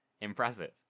impressive